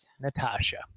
Natasha